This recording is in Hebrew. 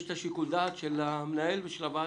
יש את שיקול הדעת של המנהל והוועדה,